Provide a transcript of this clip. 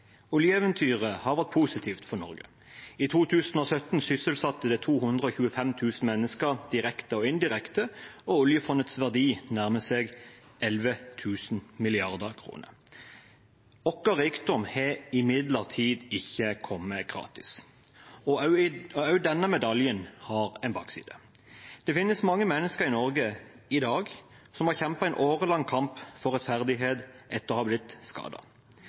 Oljeeventyret har vært positivt for Norge. I 2017 sysselsatte det 225 000 mennesker direkte og indirekte, og oljefondets verdi nærmer seg 11 000 mrd. kr. Vår rikdom har imidlertid ikke kommet gratis, og også denne medaljen har en bakside. Det finnes mange mennesker i Norge i dag som har kjempet en årelang kamp for rettferdighet etter å ha blitt